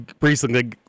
recently